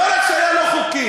לא רק שזה היה לא חוקי,